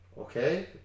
Okay